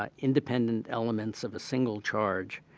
ah independent elements of a single charge.